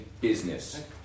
business